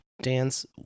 dance